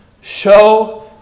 Show